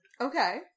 Okay